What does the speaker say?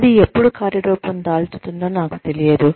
అది ఎప్పుడు కార్యరూపం దాల్చుతుందో నాకు తెలియదు